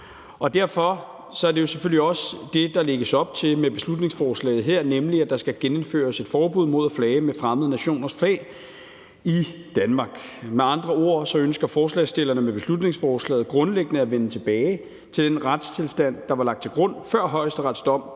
Derfor er det selvfølgelig også det, der lægges op til med beslutningsforslaget her, nemlig at der skal genindføres et forbud mod at flage med fremmede nationers flag i Danmark. Med andre ord ønsker forslagsstillerne med beslutningsforslaget grundlæggende at vende tilbage til den retstilstand, der var lagt til grund før Højesterets dom